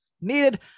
needed